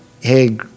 hey